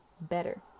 better